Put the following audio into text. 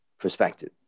perspective